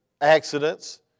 accidents